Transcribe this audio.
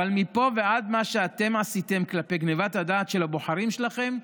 אבל מפה ועד מה שאתם עשיתם בגנבת הדעת של הבוחרים שלכם,